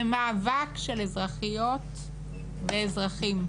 זה מאבק של אזרחיות ואזרחים.